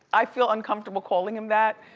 i feel uncomfortable calling him that.